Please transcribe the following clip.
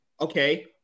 Okay